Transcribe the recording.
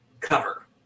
cover